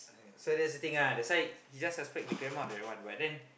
so that's the thing lah that's why they just suspect the grandma that one but then